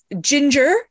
Ginger